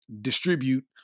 distribute